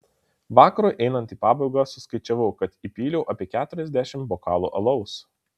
vakarui einant į pabaigą suskaičiavau kad įpyliau apie keturiasdešimt bokalų alaus